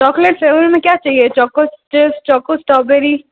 chocolate flavour में क्या चाहिए चॉको चिप चॉको स्टॉबेरी